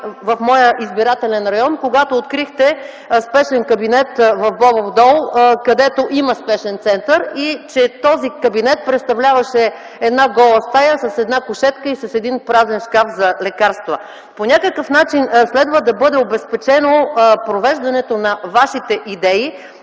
в моя избирателен район, когато открихте спешен кабинет в Бобов дол, където има спешен център, и че този кабинет представляваше една гола стая с една кушетка и с един празен шкаф за лекарства. По някакъв начин следва да бъде обезпечено провеждането на Вашите идеи,